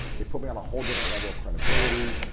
it put me on a whole different level of credibility.